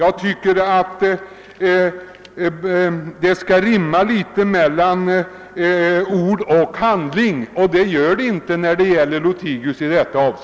Jag tycker att ord och handling måste rimma någorlunda, men det gör det inte för herr Lothigius” del i detta fall.